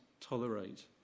tolerate